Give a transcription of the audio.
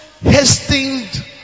hastened